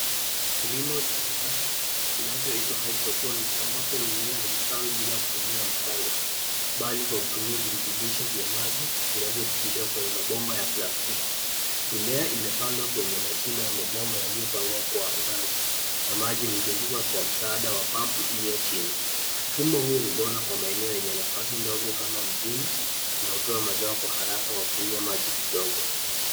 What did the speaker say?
Kilimo cha kisasa kinachoitwa hydroponic ambapo mmea ustawi bila kutumia mchanga bali kwa kutumia virutubisho vya maji vinavyopitishwa kwenye mabomba ya plastiki ,mimea imepandwa kwenye mashimo ya mabomba yaliyopangwa kwa ngazi na maji huzunguka kwa msaada wa pampu iliyo chini mfumo huu ulikuwa unaona kwa maeneo yenye nafasi ndogo kama mjini na hutoa mazao kwa haraka kwa kutumia maji kidogo.